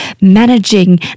managing